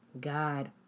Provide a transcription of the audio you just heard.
God